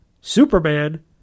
Superman